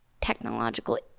technological